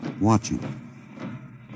watching